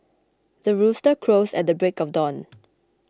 the rooster crows at the break of dawn